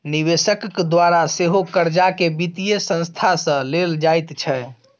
निवेशकक द्वारा सेहो कर्जाकेँ वित्तीय संस्था सँ लेल जाइत छै